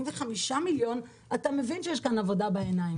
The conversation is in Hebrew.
אז בין 400 מיליון ל-45 מיליון אתה מבין שיש כאן עבודה בעיניים.